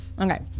Okay